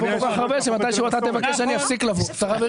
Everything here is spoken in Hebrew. נכון, נהפוך את זה למסורת, אדוני היושב-ראש.